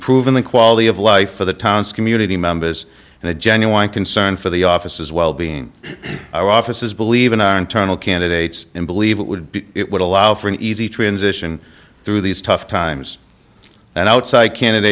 improving the quality of life for the town's community members and a genuine concern for the office as well being our offices believe in our internal candidates and believe it would be it would allow for an easy transition through these tough times and outside